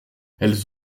elles